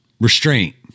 restraint